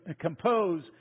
compose